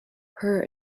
her